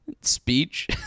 speech